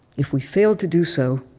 if we fail to do so,